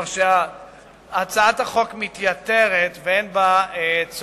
כך שהצעת החוק מתייתרת, ואין בה צורך.